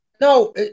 No